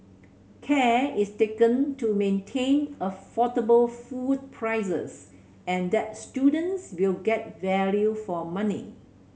care is taken to maintain affordable food prices and that students will get value for money